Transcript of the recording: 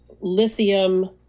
lithium